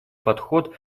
подход